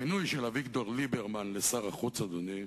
המינוי של אביגדור ליברמן לשר החוץ, אדוני,